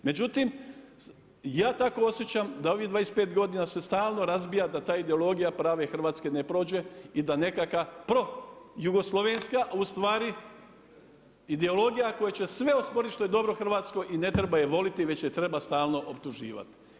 Međutim, ja tako osjećam da ovih 25 godina se stalno razbija da ta ideologija prave Hrvatske ne prođe i da nekakva projugoslavenska ustvari ideologija koja će sve osporiti što je dobro hrvatsko i ne treba je voliti već je treba stalno optuživati.